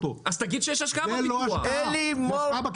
זאת לא השקעה בפיתוח,